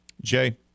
Jay